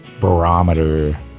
barometer